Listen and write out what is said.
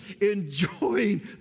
enjoying